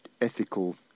ethical